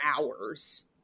hours